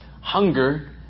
Hunger